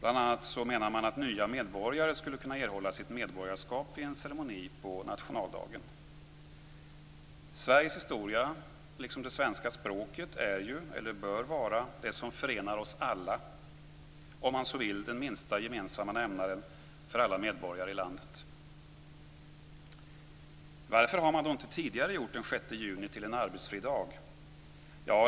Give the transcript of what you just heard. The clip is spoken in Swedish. Man menar bl.a. att nya medborgare skulle kunna erhålla sitt medborgarskap vid en ceremoni på nationaldagen. Sveriges historia, liksom det svenska språket, är - eller bör vara - det som förenar oss alla, om man så vill den minsta gemensamma nämnaren för alla medborgare i landet. Varför har man då inte tidigare gjort den 6 juni till en arbetsfri dag?